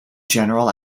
general